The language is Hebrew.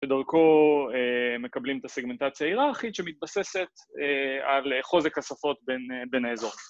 שדורכו מקבלים את הסגמנטציה ההיררכית שמתבססת על חוזק השפות בין האזור.